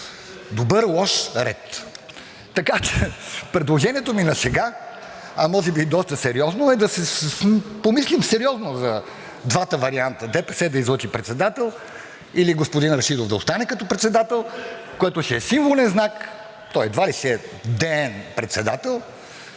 Добър, лош – ред. Така че предложението ми на шега, а може би и доста сериозно, е да помислим сериозно за двата варианта – ДПС да излъчи председател или господин Рашидов да остане като председател, което ще е символен знак, той едва ли ще е деен председател,